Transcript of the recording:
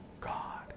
God